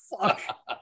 fuck